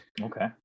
Okay